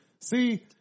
See